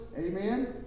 amen